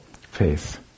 faith